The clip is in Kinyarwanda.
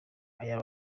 ayo